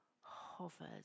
hovers